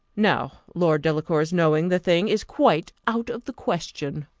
now lord delacour's knowing the thing is quite out of the question.